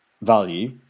value